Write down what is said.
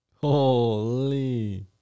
Holy